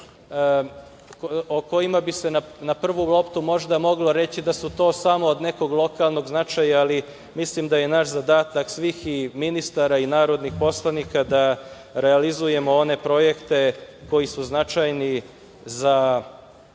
o kojima bi se na prvu loptu možda moglo reći da su to samo od nekog lokalnog značaja, ali mislim da je zadatak svih i ministara i narodnih poslanika da realizujemo one projekte koji su značajni za